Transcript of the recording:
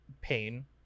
pain